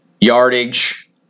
yardage